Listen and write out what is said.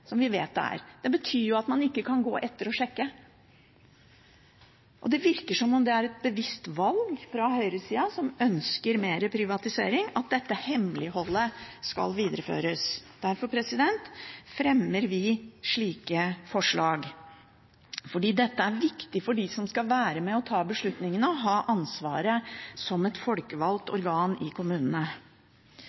som vi vet det er. Det betyr jo at man ikke kan gå etter og sjekke. Det virker som om det er et bevisst valg fra høyresida, som ønsker mer privatisering, at dette hemmeligholdet skal videreføres. Derfor fremmer vi slike forslag, for dette er viktig for dem som skal være med og ta beslutningene og ha ansvaret som et folkevalgt organ i kommunene.